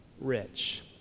rich